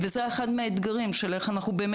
וזה אחד מהאתגרים של הגעה לקהילות